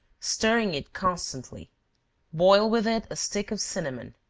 stirring it constantly boil with it a stick of cinnamon.